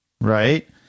Right